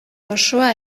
osoa